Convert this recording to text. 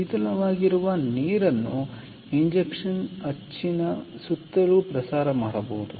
ಶೀತಲವಾಗಿರುವ ನೀರನ್ನು ಇಂಜೆಕ್ಷನ್ ಅಚ್ಚಿನ ಸುತ್ತಲೂ ಪ್ರಸಾರ ಮಾಡಬಹುದು